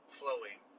flowing